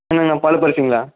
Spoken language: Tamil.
என்னங்கண்ணா பழுப்பரிசிங்களா